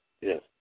yes